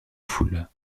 foule